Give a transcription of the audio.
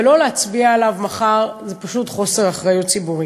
ולא להצביע עליו מחר זה פשוט חוסר אחריות ציבורית.